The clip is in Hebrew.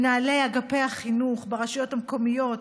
מנהלי אגפי החינוך ברשויות המקומיות,